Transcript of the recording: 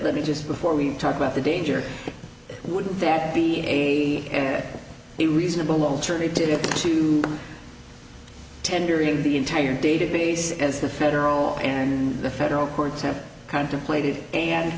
let me just before we talk about the danger would that be a reasonable alternative to tendering the entire database as the federal and the federal courts have contemplated and